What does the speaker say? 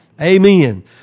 Amen